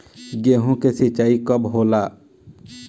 गेहूं के सिंचाई कब होला?